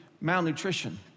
malnutrition